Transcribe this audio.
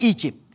Egypt